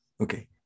Okay